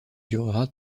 durera